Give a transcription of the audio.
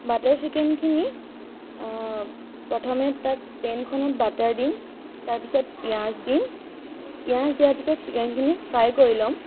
butter চিকেনখিনি প্ৰথমে তাত পেনখনত বাটাৰ দিম তাৰপিছত পিঁয়াজ দিম পিঁয়াজ দিয়াৰ পিছত চিকেনখিনি ফ্ৰাই কৰি ল'ম